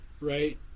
Right